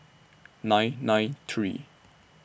nine nine three